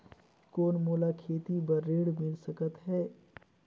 कौन मोला खेती बर ऋण मिल सकत है?